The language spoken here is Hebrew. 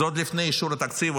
זה עוד לפני אישור התקציב,